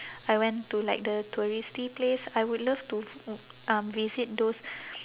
I went to like the touristy place I would love to um visit those